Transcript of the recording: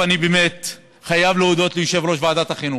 שתבקרו.